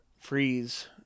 freeze